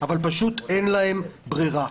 אבל פשוט אין להן ברירה.